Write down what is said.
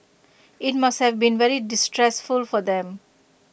IT must have been very distressful for them